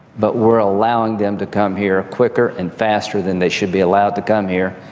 but we're allowing them to come here quicker and faster than they should be allowed to come here.